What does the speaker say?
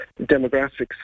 demographics